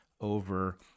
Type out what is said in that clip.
over